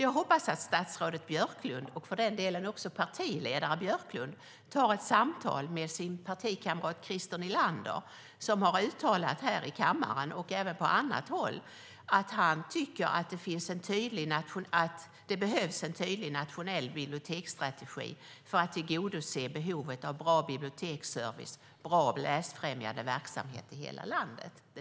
Jag hoppas att statsrådet Björklund och för den delen också partiledaren Björklund tar ett samtal med sin partikamrat Christer Nylander, som här i kammaren och även på annat håll har uttalat att han tycker att det behövs en tydlig nationell biblioteksstrategi för att tillgodose behovet av bra biblioteksservice och bra läsfrämjande verksamhet i hela landet.